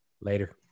Later